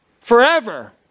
forever